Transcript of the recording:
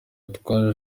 witwa